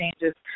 changes